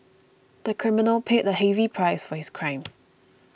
the criminal paid a heavy price for his crime